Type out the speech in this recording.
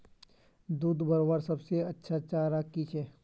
दूध बढ़वार सबसे अच्छा चारा की छे?